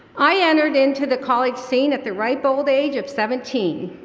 i entered into the college scene at the ripe old age of seventeen.